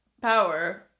power